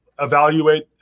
evaluate